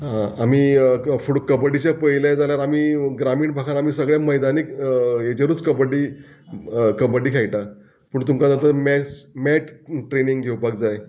आमी फुडें कबड्डीचे पळयलें जाल्यार आमी ग्रामीण भागांत आमी सगळे मैदानीक हेजेरूच कबड्डी कबड्डी खेळटा पूण तुमकां जाता मॅच मॅट ट्रेनींग घेवपाक जाय